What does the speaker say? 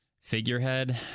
figurehead